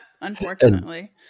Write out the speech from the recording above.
Unfortunately